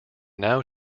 now